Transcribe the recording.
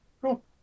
Cool